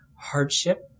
hardship